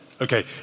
Okay